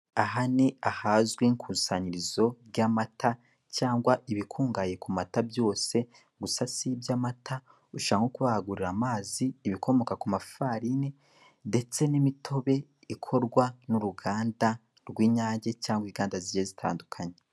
Aha ni ahazwi kwikusanyirizo ry 'amata cyagwa ibikungahaye ku mata byose gusa si ibyamata ushobora no kuba wahagurira amazi ibikomoka Kuma farini ndetse n'imitobe ikorwa n'uruganda rw'inyange cyagwa inganda zigiye zitandukanye.